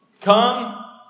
come